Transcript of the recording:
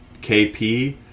KP